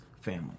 family